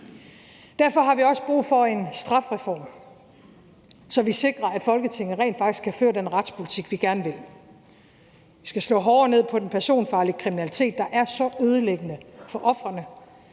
Derfor har vi også brug for en strafreform, så vi sikrer, at Folketinget rent faktisk kan føre den retspolitik, vi gerne vil. Vi skal slå hårdere ned på den personfarlige kriminalitet, der er så ødelæggende for ofrene,